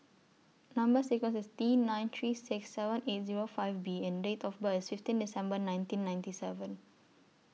Number sequence IS T nine three six seven eight Zero five B and Date of birth IS fifteen December nineteen ninety seven